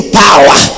power